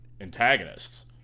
antagonists